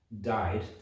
died